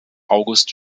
august